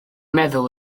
meddwl